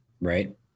right